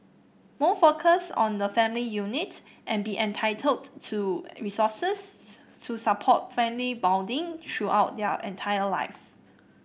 more focus on the family unit and be entitled to resources to support family bonding throughout their entire life